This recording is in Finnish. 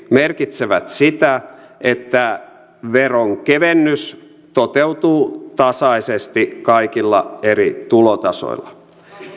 merkitsevät sitä että veronkevennys toteutuu tasaisesti kaikilla eri tulotasoilla